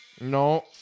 No